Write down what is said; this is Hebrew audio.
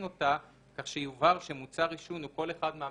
אותה כך שיובהר שמוצר עישון הוא כל אחד מהמפורטים,